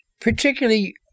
Particularly